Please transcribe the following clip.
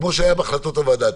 כמו שהיה בהחלטות הוועדה,